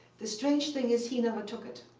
the strange thing is, he never took it.